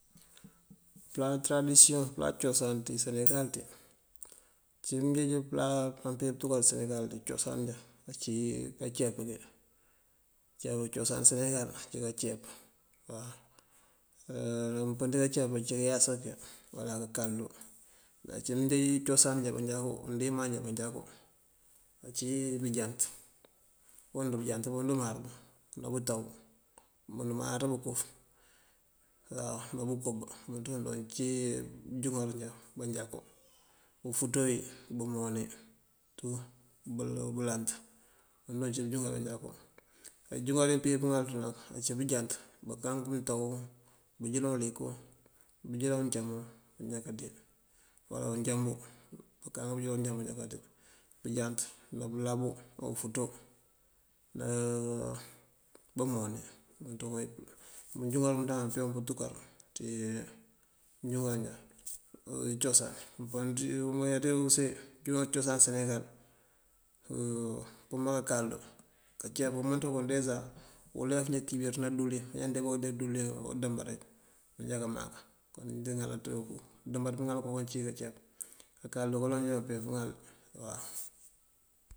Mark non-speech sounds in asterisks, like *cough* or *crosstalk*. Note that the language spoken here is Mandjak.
Pëla tëërandisiyoŋ, pëla coosan ţí senegal ţí. Uncí mëënjeej pëla paampee pëëntúnkárá ţí senegal ţí dí coosan njá ací káanceep din, ceep coosan senegal ací káanceep. *hesitation* mëëmpëëndi ceep ací ngëënyása ngí uwala ngëënkalëdú. Uncí mëënjeej coosan injá manjakú, undimáan injá manjakú ací bëënjánt. Und bëënjant buundu máarëbun, ná mëëntaw ná bëënkob und maaraţ bëënkuf ná búunkuk imëënţayun joo cíiyi búunjúŋar injá manjakú. Ufúuţo bumooni tú, bëëlant imëënţ búunjúŋárinjá manjakú. Aaà ijúŋár yipeeyi pëŋal ţí iyël nak ací bëënjánt báankánk mëëntaw, bëënjëlan uliyëk, bëënjëlan mëëncaamúu injá káande uwal unjáamúu. Uunkáak bëënjëlan unjáamuu maanjá káande bëëjánt ná bëëláabu, o ufúuto, *hesitation* ba umooni. *unintelligible* Bëënjúŋar bëëmëënţ ndáandábun biipeembún pëntúkar ţí injúŋar injá incoosan. Impëënáanţí, mëëyaţí use *hesitation* bëënjúŋar coosan senegal: *hesitation* pëërëmer káalëëndú, káanceep pumëënţ wun deja ulef injí kimbíríţ dí díwëlin. Maanjá deemba koonde díwëlin owo dëëmba rek maanjá káamak, injí ŋalaţ, dëëmbaţ káaŋalaţ koonwí cí káanceep. A káakalëdu joondú kaampee pëëŋal waw.